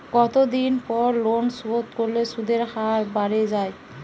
কতদিন পর লোন শোধ করলে সুদের হার বাড়ে য়ায়?